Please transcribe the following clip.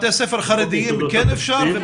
בתי ספר חרדיים כן אפשר?